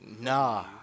Nah